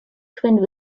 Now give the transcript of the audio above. twinned